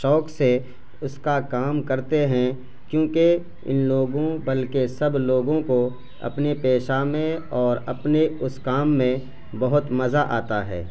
شوق سے اس کا کام کرتے ہیں کیونکہ ان لوگوں بلکہ سب لوگوں کو اپنے پیشہ میں اور اپنے اس کام میں بہت مزہ آتا ہے